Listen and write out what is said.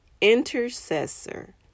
intercessor